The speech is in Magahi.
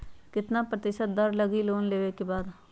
कितना प्रतिशत दर लगी लोन लेबे के बाद?